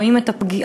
רואים את הפגיעה.